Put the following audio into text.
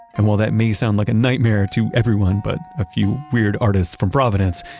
and while that may sound like a nightmare to everyone but a few weird artists from providence,